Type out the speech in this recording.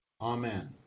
Amen